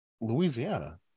Louisiana